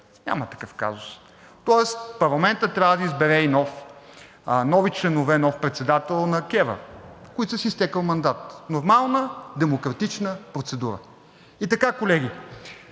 Няма такъв казус! Тоест парламентът трябва да избере нови членове и нов председател на КЕВР, които са с изтекъл мандат. Нормална, демократична процедура. И така, колеги,